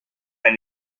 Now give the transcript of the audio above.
and